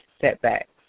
setbacks